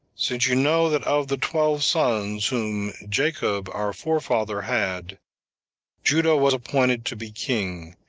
since you know that of the twelve sons whom jacob our forefather had judah was appointed to be king,